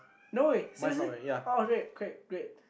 no wait seriously oh great great great